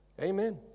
Amen